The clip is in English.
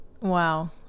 Wow